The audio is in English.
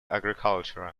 agricultural